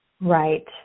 Right